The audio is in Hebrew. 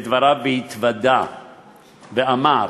את דבריו והתוודה ואמר: